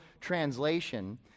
translation